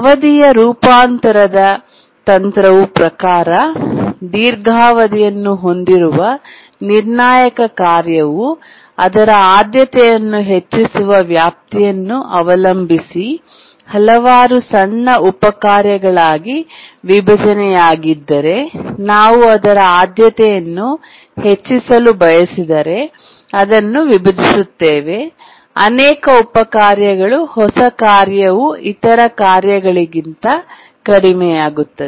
ಅವಧಿಯ ರೂಪಾಂತರದ ತಂತ್ರವು ಪ್ರಕಾರ ದೀರ್ಘಾವಧಿಯನ್ನು ಹೊಂದಿರುವ ನಿರ್ಣಾಯಕ ಕಾರ್ಯವು ಅದರ ಆದ್ಯತೆಯನ್ನು ಹೆಚ್ಚಿಸುವ ವ್ಯಾಪ್ತಿಯನ್ನು ಅವಲಂಬಿಸಿ ಹಲವಾರು ಸಣ್ಣ ಉಪ ಕಾರ್ಯಗಳಾಗಿ ವಿಭಜನೆಯಾಗಿದ್ದರೆ ನಾವು ಅದರ ಆದ್ಯತೆಯನ್ನು ಹೆಚ್ಚಿಸಲು ಬಯಸಿದರೆ ಅದನ್ನು ವಿಭಜಿಸುತ್ತೇವೆ ಅನೇಕ ಉಪ ಕಾರ್ಯಗಳು ಹೊಸ ಕಾರ್ಯವು ಇತರ ಕಾರ್ಯಗಳಿಗಿಂತ ಕಡಿಮೆಯಾಗುತ್ತದೆ